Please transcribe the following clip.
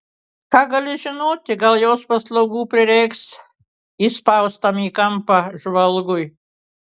ką gali žinoti gal jos paslaugų prireiks įspaustam į kampą žvalgui